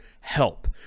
help